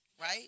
right